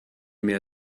mehr